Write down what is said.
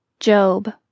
Job